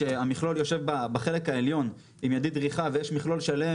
כשהמכלול יושב בחלק העליון עם ידית דריכה ויש מכלול שלם,